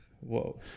Whoa